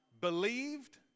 believed